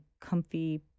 comfy